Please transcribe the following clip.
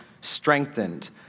strengthened